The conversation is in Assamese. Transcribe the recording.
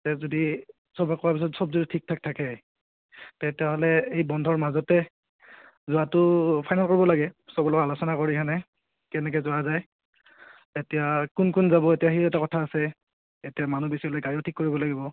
তে যদি সবকে কোৱাৰ পিছত সব যদি ঠিক ঠাক থাকে তেতিয়াহ'লে এই বন্ধৰ মাজতে যোৱাটো ফাইনেল কৰিব লাগে সবৰ লগত আলোচনা কৰিকেনে কেনেকৈ যোৱা যায় এতিয়া কোন কোন যাব এতিয়া সিও এটা কথা আছে এতিয়া মানুহ বেছি হ'লে গাড়ীও ঠিক কৰিব লাগিব